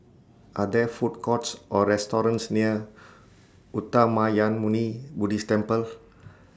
Are There Food Courts Or restaurants near Uttamayanmuni Buddhist Temple